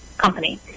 company